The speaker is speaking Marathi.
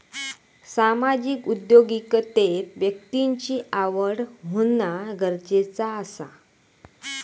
सामाजिक उद्योगिकतेत व्यक्तिची आवड होना गरजेचा असता